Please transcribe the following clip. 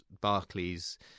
Barclays